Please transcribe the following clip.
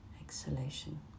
exhalation